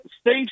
Steve